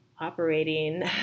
operating